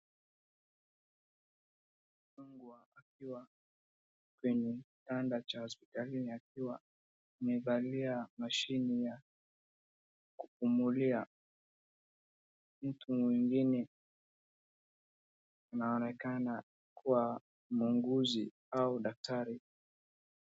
Mgonjwa akiwa kwenye kitanda cha hospitalini akiwa amevalia mashini ya kupumulia. Mtu mwingine anaonekana kuwa muuguzi au daktari.